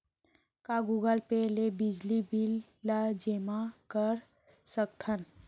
का Google Pay ले बिजली बिल ल जेमा कर सकथन?